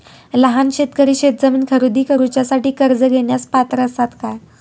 लहान शेतकरी शेतजमीन खरेदी करुच्यासाठी कर्ज घेण्यास पात्र असात काय?